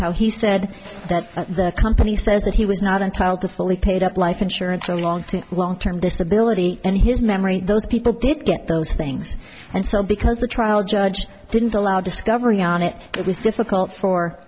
how he said that the company says that he was not entitled to fully paid up life insurance so long to long term disability in his memory those people did get those things and so because the trial judge didn't allow discovery on it it was difficult for